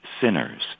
sinners